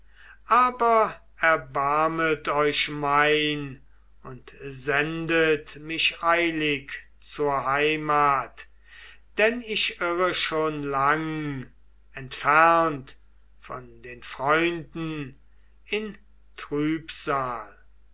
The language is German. aber erbarmet euch mein und sendet mich eilig zur heimat denn ich irre schon lang entfernt von den freunden in trübsal